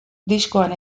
diskoan